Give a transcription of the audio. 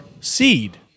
seed